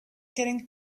getting